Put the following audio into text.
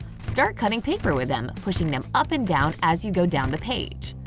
start cutting paper with them, pushing them up and down as you go down the page.